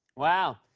wow.